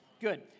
Good